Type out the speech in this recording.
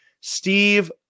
Steve